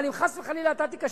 אבל אם חס וחלילה אתה תיכשל,